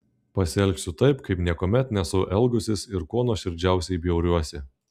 pasielgsiu taip kaip niekuomet nesu elgusis ir kuo nuoširdžiausiai bjauriuosi